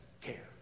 care